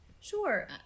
Sure